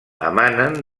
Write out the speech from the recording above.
emanen